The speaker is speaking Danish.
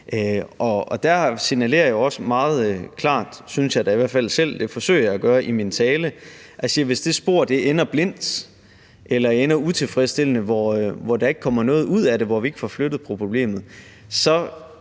Der signalerer jeg også meget klart – synes jeg da i hvert fald selv; det forsøger jeg at gøre i min tale – at hvis det spor ender blindt eller ender utilfredsstillende, hvor der ikke kommer noget ud af det, hvor vi ikke får flyttet på problemet, så